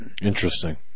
interesting